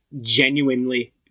genuinely